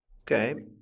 Okay